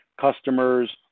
customers